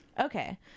Okay